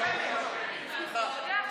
סליחה.